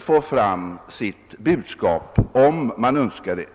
föra fram sitt budskap, om de önskar det.